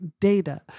data